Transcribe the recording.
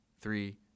three